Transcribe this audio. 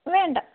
വേണ്ട